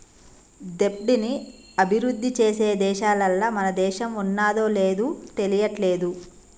దెబ్ట్ ని అభిరుద్ధి చేసే దేశాలల్ల మన దేశం ఉన్నాదో లేదు తెలియట్లేదు